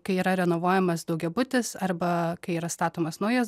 kai yra renovuojamas daugiabutis arba kai yra statomas naujas